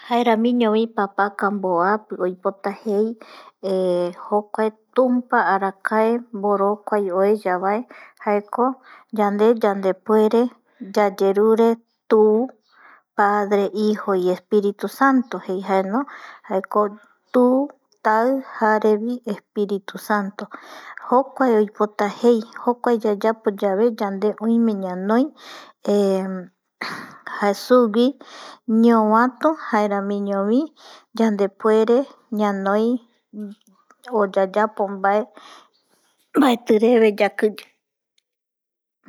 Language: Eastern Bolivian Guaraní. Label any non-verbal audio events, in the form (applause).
Jaeramiñovi papaka mboapi oipota jei tumpa arakae mborokuai oeyavae jaeko yande yandepuere yayerure tu, padre, hijo y espiritu santo jeijaeno tu, tai jarevi espiritu o santo jokua oipota jei jokua yayapoyave yande oime ñanoi (hesitation) sugui ñovatu jaramiñovi yandepuere ñanoi o yayapo mbae mbaeti reve yakiye